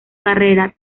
carrera